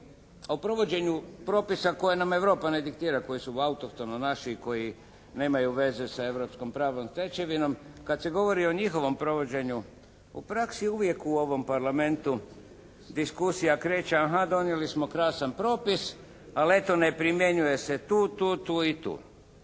o provođenju propisa koje nam Europa ne diktira, koji su autohtono naši i koji nemaju veze sa europskom pravnom stečevinom, kad se govori o njihovom provođenju u praksi uvijek u ovom Parlamentu diskusija kreće: «Aha, donijeli smo krasan propis, ali eto ne primjenjuje se tu, tu, tu i tu.»